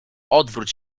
odwróć